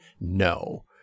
No